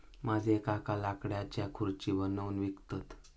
माझे काका लाकडाच्यो खुर्ची बनवून विकतत